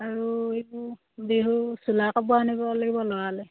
আৰু এইবোৰ বিহু চোলা কাপোৰ আনিব লাগিব ল'ৰালে